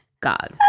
God